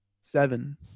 Seven